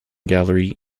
gallery